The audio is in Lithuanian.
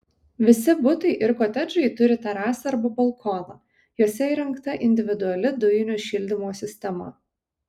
visi butai ir kotedžai turi terasą arba balkoną juose įrengta individuali dujinio šildymo sistema